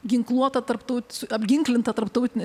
ginkluotą tarptautinį apginklintą tarptautinį